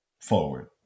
forward